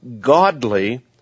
godly